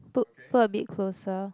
put put a bit closer